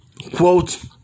Quote